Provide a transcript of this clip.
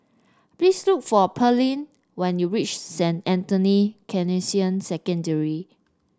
please look for Pairlee when you reach Saint Anthony's Canossian Secondary